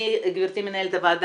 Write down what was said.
גברתי מנהלת הוועדה,